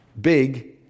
big